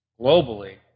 globally